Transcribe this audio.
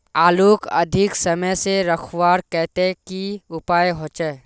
आलूक अधिक समय से रखवार केते की उपाय होचे?